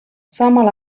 samal